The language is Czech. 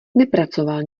nepracoval